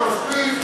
חלאס כבר, מספיק.